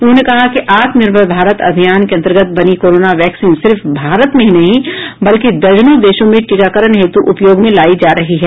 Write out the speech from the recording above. उन्होंने कहा कि आत्मनिर्भर भारत अभियान के अंतर्गत बनी कोरोना वैक्सीन सिर्फ भारत में ही नही बल्कि दर्जनों देशों में टीकाकरण हेतु उपयोग में लायी जा रही है